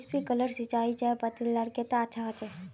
Sprinkler सिंचाई चयपत्ति लार केते अच्छा होचए?